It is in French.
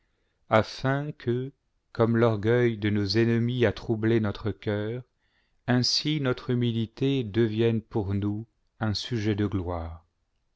afin que comme l'orgueil de nos ennemis a troublé notre cœur ainsi notre humilité devienne pour nous un sujet de gloire